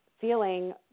feeling